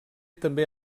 també